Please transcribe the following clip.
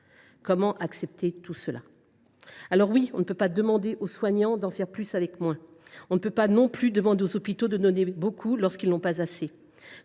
Comment accepter tout cela ? Non, on ne peut pas demander aux soignants d’en faire plus avec moins. On ne peut pas non plus demander aux hôpitaux de donner beaucoup lorsqu’ils n’en ont pas assez.